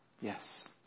Yes